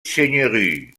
seigneurie